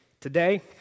Today